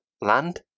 land